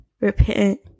repent